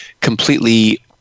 completely